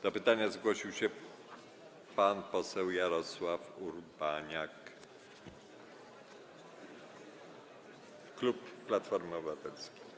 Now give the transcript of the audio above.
Do pytania zgłosił się pan poseł Jarosław Urbaniak, klub Platformy Obywatelskiej.